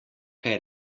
kaj